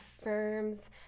affirms